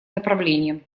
направлением